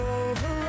over